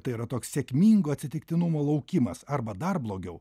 tai yra toks sėkmingo atsitiktinumo laukimas arba dar blogiau